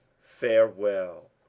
farewell